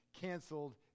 canceled